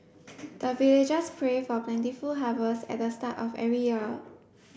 the villagers pray for plentiful harvest at the start of every year